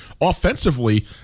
offensively